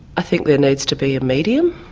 i think there needs to be a medium.